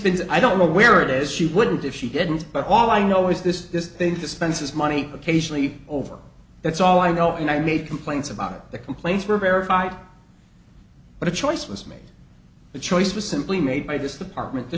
because i don't know where it is she wouldn't if she didn't but all i know is this they dispense his money occasionally over that's all i know and i made complaints about the complaints were verified but a choice was made the choice was simply made by this the partment the